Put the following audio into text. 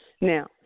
Now